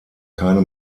keine